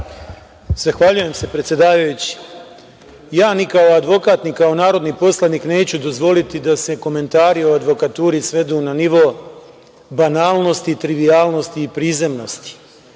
Zahvaljujem se, predsedavajući. Ni kao advokat, ni kao narodni poslanik neću dozvoliti da se komentari o advokaturi svedu na nivo banalnosti, trivijalnosti i prizemnosti,